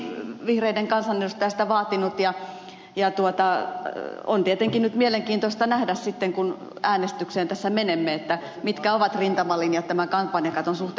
täällä on moni vihreiden kansanedustaja sitä vaatinut ja on tietenkin mielenkiintoista nähdä sitten kun äänestykseen tässä menemme mitkä ovat rintamalinjat tämän kampanjakaton suhteen